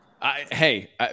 Hey